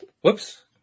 Whoops